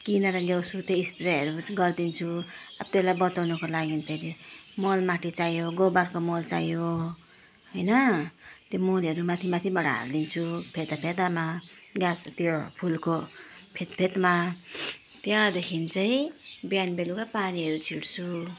किनेर ल्याउँछु त्यो स्प्रेहरू गरिदिन्छु अब त्यसलाई बचाउनको लागि फेरि मल माटो चाहियो गोबरको मल चाहियो होइन त्यो मलहरू माथि माथिबाट हालिदिन्छु फेद फेदमा गाछ त्यो फुलको फेद फेदमा त्यहाँदेखि चाहिँ बिहान बेलुका पानीहरू छिट्छु